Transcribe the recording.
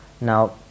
Now